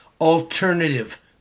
Alternative